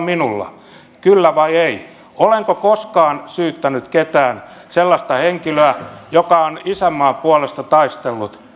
minulla olenko koskaan syyttänyt ketään sellaista henkilöä joka on isänmaan puolesta taistellut